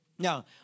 Now